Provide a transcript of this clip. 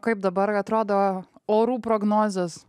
kaip dabar atrodo orų prognozės